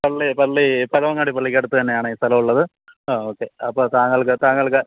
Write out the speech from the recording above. പള്ളി പള്ളി പഴവങ്ങാടി പള്ളിക്കടുത്തു തന്നെയാണ് ഈ സ്ഥലമുള്ളത് ആ ഓക്കെ അപ്പോള് താങ്കള്ക്ക് താങ്കള്ക്ക്